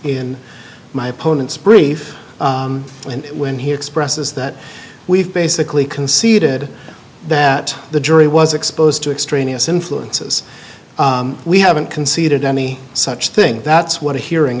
in my opponent's brief and when he expresses that we've basically conceded that the jury was exposed to extraneous influences we haven't conceded any such thing that's what a hearing